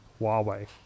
Huawei